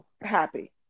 happy